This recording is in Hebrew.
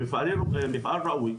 מפעל ראוי,